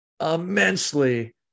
immensely